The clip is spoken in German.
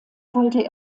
wollte